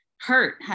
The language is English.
hurt